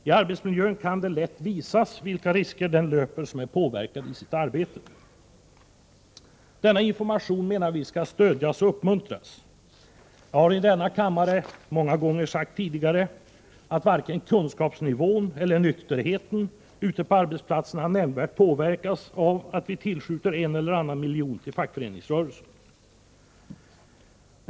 I arbetsmiljön kan det lätt visas vilka risker den löper som är påverkad under sitt arbete. Denna information menar vi skall stödjas och uppmuntras. Jag har i denna kammare många gånger tidigare sagt, att varken kunskapsnivån eller nykterheten ute på arbetsplatserna nämnvärt påverkats av att vi tillskjuter en eller annan miljon till fackföreningsrörelsen.